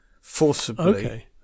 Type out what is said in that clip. forcibly